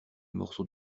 morceaux